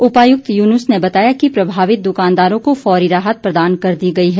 उपाय्क्त यूनुस ने बताया कि प्रभावित दुकानदारों को फौरी राहत प्रदान कर दी गई है